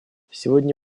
сегодня